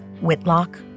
Whitlock